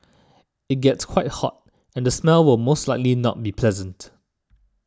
it gets quite hot and the smell will most likely not be pleasant